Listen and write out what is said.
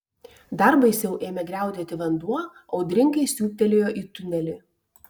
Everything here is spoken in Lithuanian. dar baisiau ėmė griaudėti vanduo audringai siūbtelėjo į tunelį